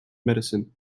medicine